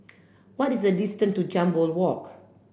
what is the distance to Jambol Walk